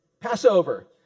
Passover